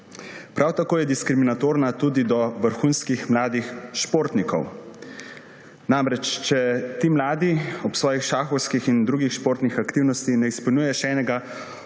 Prav tako je diskriminatorna tudi do vrhunskih mladih športnikov. Namreč če ti mladi ob svojih šahovskih in drugih športnih aktivnostih ne izpolnjujejo še enega